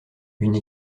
une